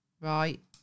right